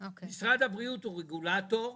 משרד הבריאות הוא רגולטור,